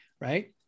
right